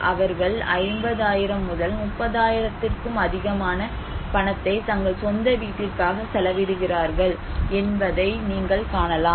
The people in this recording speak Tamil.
அவர்கள் 50000 அல்லது 30000 ஆயிரத்துக்கும் அதிகமான பணத்தை தங்கள் சொந்த வீட்டிற்காக செலவிடுகிறார்கள் என்பதை நீங்கள் காணலாம்